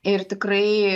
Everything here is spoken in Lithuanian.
ir tikrai